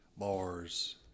Bars